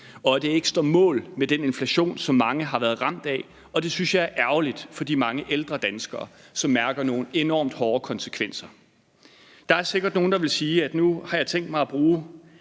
og at det ikke står mål med den inflation, som mange har været ramt af, og det synes jeg er ærgerligt for de mange ældre danskere, som mærker nogle enormt hårde konsekvenser. Der er sikkert nogen, der vil sige, at nu har jeg tænkt mig at bruge